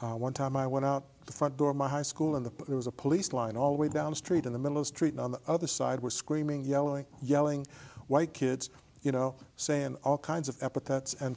one time i went out the front door of my high school and the there was a police line always down the street in the middle of the street on the other side was screaming yelling yelling white kids you know saying all kinds of epithets and